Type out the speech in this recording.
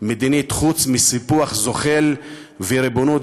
מדינית חוץ מסיפוח זוחל וריבונות,